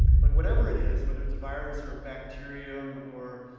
but whatever it is, whether it's a virus or bacterium or